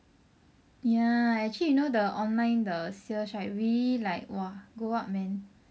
ya actually you know the online the sales right really !wah! like go up man